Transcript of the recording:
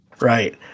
Right